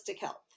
Health